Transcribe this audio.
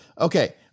Okay